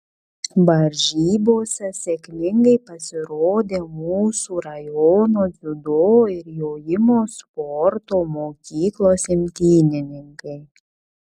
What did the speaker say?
varžybose sėkmingai pasirodė mūsų rajono dziudo ir jojimo sporto mokyklos imtynininkai